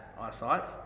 eyesight